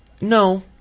No